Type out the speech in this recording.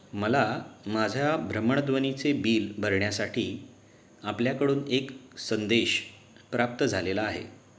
मला माझ्या भ्रमणध्वनीचे बिल भरण्यासाठी आपल्याकडून एक संदेश प्राप्त झालेला आहे